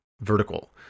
vertical